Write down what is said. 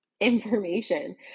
information